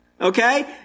Okay